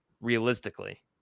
realistically